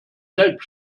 selbst